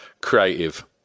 creative